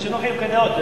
יש לנו חילוקי דעות.